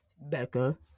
Becca